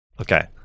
Okay